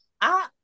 I-